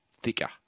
thicker